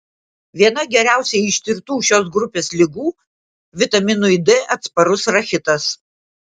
viena geriausiai ištirtų šios grupės ligų vitaminui d atsparus rachitas